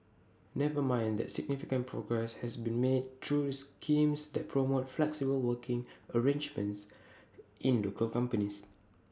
never mind that significant progress has been made through schemes that promote flexible working arrangements in local companies